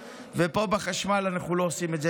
ופה בחשמל אנחנו לא עושים את זה.